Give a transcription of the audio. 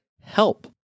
help